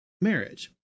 marriage